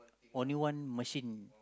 only one machine